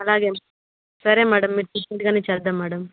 అలాగే సరే మేడమ్ మీరు చెప్పినట్టుగానే చేద్దాం మేడమ్